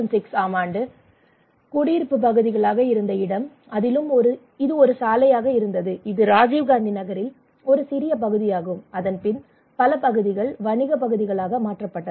2006 ஆம் ஆண்டு குடியிருப்பு பகுதிகளாக இருந்த இடம் அதிலும் இது ஒரு சாலையாக இருந்தது இது ராஜீவ் காந்தி நகரில் ஒரு சிறிய பகுதியாகும் அதன்பின் பல பகுதிகள் வணிக பகுதிகளாக மாற்றப்பட்டன